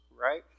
right